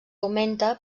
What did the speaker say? augmenta